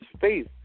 Faith